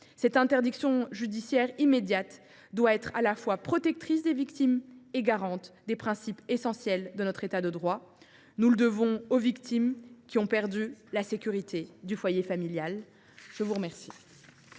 Cette intervention judiciaire immédiate doit être à fois protectrice des victimes et garante des principes essentiels de notre État de droit. Nous le devons aux victimes qui ont perdu la sécurité du foyer familial. La parole